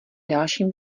dalším